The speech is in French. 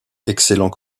excellent